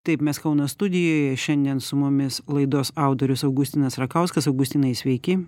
taip mes kauno studijoje šiandien su mumis laidos autorius augustinas rakauskas augustinai sveiki